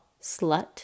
Slut